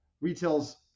retail's